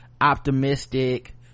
optimistic